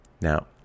now